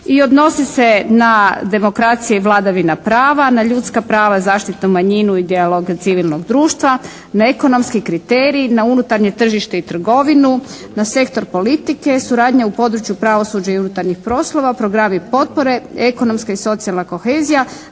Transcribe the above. i odnosi se na demokracije i vladavina prava, na ljudska prava, zaštitu manjina i dijelove civilnog društva, na ekonomski kriterij, na unutarnje tržište i trgovinu, na sektor politike, suradnja u području pravosuđa i unutarnjih poslova, programi potpore, ekonomska i socijalna kohezija.